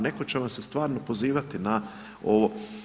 Neko će vam se stvarno pozivati na ovo.